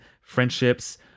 friendships